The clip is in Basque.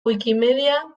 wikimedia